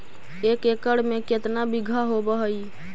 एक एकड़ में केतना बिघा होब हइ?